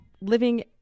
living